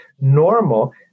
normal